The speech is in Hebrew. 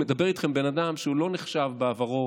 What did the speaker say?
מדבר איתכם בן אדם שהוא לא נחשב בעברו